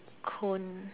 cone